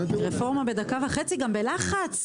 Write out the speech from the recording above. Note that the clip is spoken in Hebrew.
רפורמה בדקה וחצי, גם בלחץ.